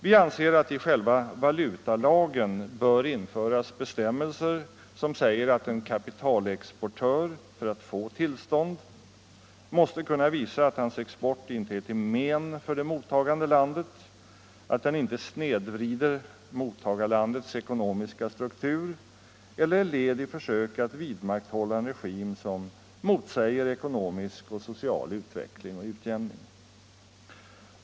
Vi anser att i själva valutalagen bör införas bestämmelser som säger att en kapitalexportör för att få tillstånd måste kunna visa att hans export inte är till men för det mottagande landet, att han inte snedvrider mottagarlandets ekonomiska struktur eller att kapitalexporten inte är led i försök att vidmakthålla en regim som motsäger ekonomisk och social utveckling och utjämning.